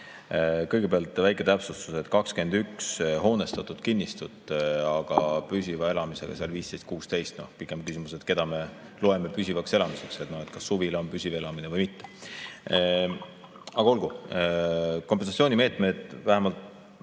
Kõigepealt väike täpsustus. Seal on 21 hoonestatud kinnistut, aga püsiva elamisega 15–16. Pikem küsimus on, mida me loeme püsivaks elamiseks, kas suvila on püsiv elamine või mitte. Aga olgu. Kompensatsioonimeetmed. Vähemalt